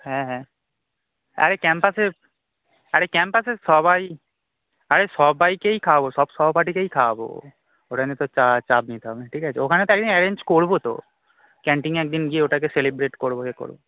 হ্যাঁ হ্যাঁ আরে ক্যাম্পাসে আরে ক্যাম্পাসের সবাই আরে সবাইকেই খাওয়াবো সব সহপাঠীকেই খাওয়াব ওটা নিয়ে তোকে চাপ নিতে হবে না ঠিক আছে ওখানে তো একদিন অ্যারেঞ্জ করবো তো ক্যান্টিনে একদিন গিয়ে ওটাকে সেলিব্রেট করবো ইয়ে করবো